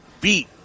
beat